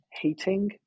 heating